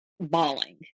bawling